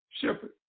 shepherd